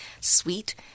sweet